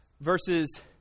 verses